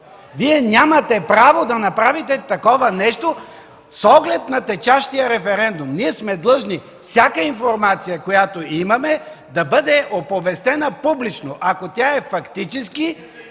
Вие нямате право да направите такова нещо с оглед на течащия референдум. Ние сме длъжни всяка информация, която имаме, да бъде оповестена публично (реплики